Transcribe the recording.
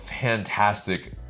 fantastic